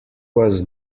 was